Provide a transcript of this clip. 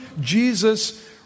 Jesus